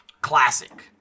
Classic